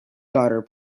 daughter